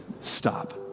stop